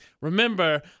remember